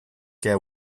què